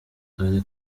dore